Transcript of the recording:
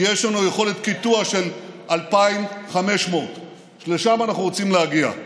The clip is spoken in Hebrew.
כי יש לנו יכולת קיטוע של 2,500. לשם אנחנו רוצים להגיע.